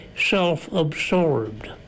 self-absorbed